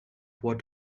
what